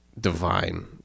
divine